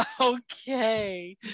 Okay